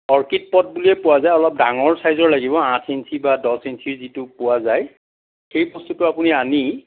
orchid pot বুলিয়ে পোৱা যায় অলপ ডাঙৰ ছাইজৰ লাগিব আঠ ইঞ্চি বা দহ ইঞ্চি যিটো পোৱা যায় সেই বস্তুটো আপুনি আনি